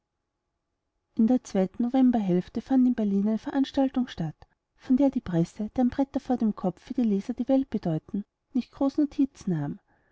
in der zweiten novemberhälfte fand in berlin eine veranstaltung statt von der die presse deren bretter vor dem kopf für ihre leser die welt bedeuten nicht groß notiz nahm